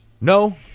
No